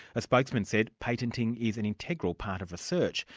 a spokesman said patenting is an integral part of research,